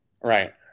Right